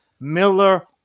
miller